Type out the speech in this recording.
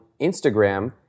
Instagram